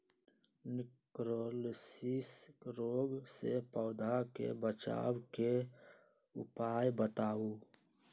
निककरोलीसिस रोग से पौधा के बचाव के उपाय बताऊ?